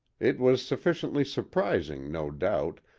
it was sufficiently surprising, no doubt,